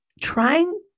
Trying